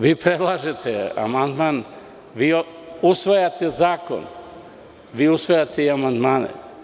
Vi predlažete amandmane, vi usvajate zakon, vi usvajate i amandmane.